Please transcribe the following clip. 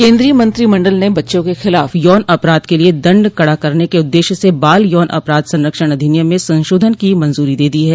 केंद्रीय मंत्रिमंडल ने बच्चों के खिलाफ यौन अपराध के लिए दंड कड़ा करने के उद्देश्य से बाल यौन अपराध संरक्षण अधिनियम में संशोधन की मंजरी दे दी है